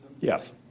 Yes